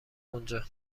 اونجا